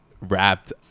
wrapped